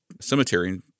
cemetery